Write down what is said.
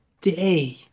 day